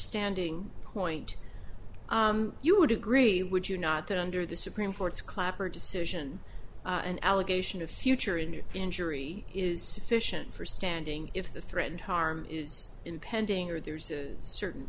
standing point you would agree would you not that under the supreme court's clapper decision an allegation of future in the injury is deficient for standing if the threatened harm is impending or there's a certain